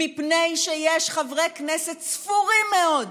מפני שיש חברי כנסת ספורים מאוד,